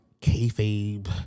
kayfabe